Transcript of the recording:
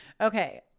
Okay